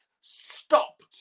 stopped